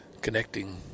connecting